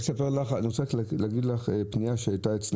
הגיעה אלינו פנייה,